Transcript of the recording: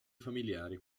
familiari